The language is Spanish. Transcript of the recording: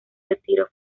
retiro